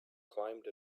climbed